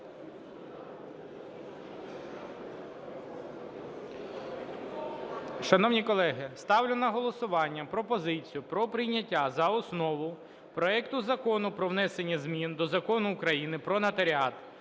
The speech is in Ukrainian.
Шановні колеги, ставлю на голосування пропозицію про прийняття за основу проекту Закону про внесення змін до Закону України "Про нотаріат"